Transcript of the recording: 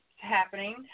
happening